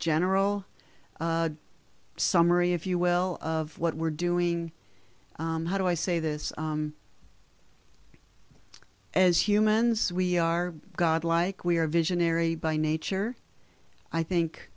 general summary if you will of what we're doing how do i say this as humans we are god like we are visionary by nature i think